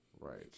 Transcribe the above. Right